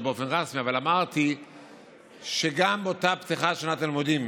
באופן רשמי אבל גם באותה פתיחת שנת הלימודים